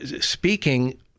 speaking